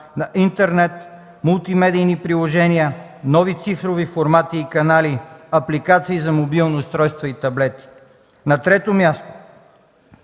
на интернет, мултимедийни приложения, нови цифрови формати и канали, апликации за мобилни устройства и таблети. На трето място,